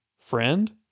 Friend